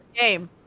game